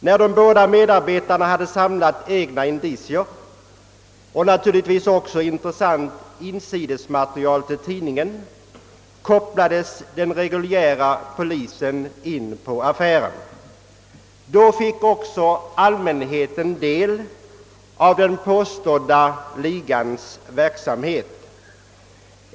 När de båda medarbetarna hade samlat egna indicier och naturligtvis också intressant insidesmaterial till tidningen kopplades den reguljära polisen in på affären. Då fick också allmänheten del av den påstådda ligans verksamhet.